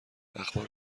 اخبار